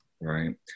Right